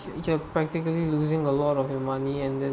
if you are practically losing a lot of your money and then